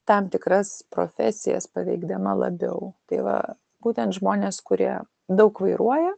tam tikras profesijas paveikdama labiau tai va būtent žmonės kurie daug vairuoja